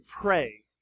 pray